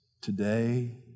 today